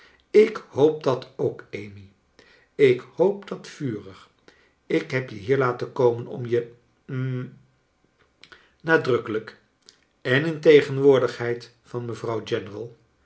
ik hoop dat ook amy ik hoop dat vurig ik heb je hier laten komen om je hm nadrukkelijk en in tegenwoordigheid van mevrouw general